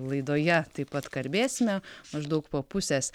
laidoje taip pat kalbėsime maždaug po pusės